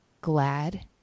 glad